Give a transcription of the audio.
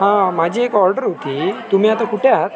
हां माझी एक ऑर्डर होती तुम्ही आता कुठे आहात